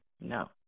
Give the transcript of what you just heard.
No